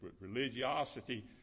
religiosity